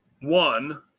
one